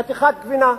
חתיכת גבינה.